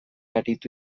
aritu